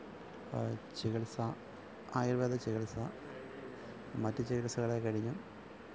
ചികിത്സ ആയുര്വേദ ചികിത്സ മറ്റ് ചികിത്സകളെ കഴിഞ്ഞും